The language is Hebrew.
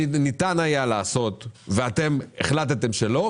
שניתן היה לעשות ואתם החלטתם שלא,